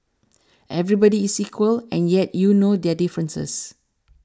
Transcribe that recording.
everybody is equal and yet you know their differences